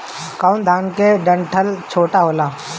कौन धान के डंठल छोटा होला?